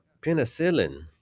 penicillin